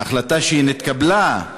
ההחלטה שנתקבלה,